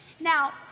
Now